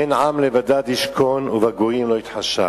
הן עם לבדד ישכון ובגויים לא יתחשב.